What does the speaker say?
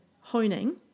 honing